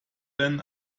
denn